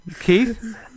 Keith